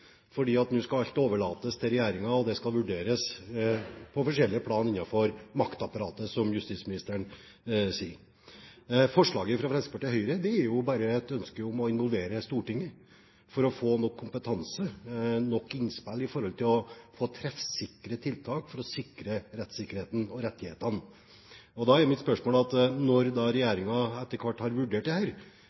nå skal alt overlates til regjeringen, og det skal vurderes på forskjellige plan innenfor maktapparatet, som justisministeren sier. Forslaget fra Fremskrittspartiet og Høyre er jo bare et ønske om å involvere Stortinget for å få nok kompetanse og nok innspill til å få treffsikre tiltak for å sikre rettssikkerheten og rettighetene. Da er mitt spørsmål: Når regjeringen etter hvert har vurdert